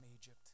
Egypt